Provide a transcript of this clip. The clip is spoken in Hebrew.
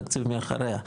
תקציב מאחוריה,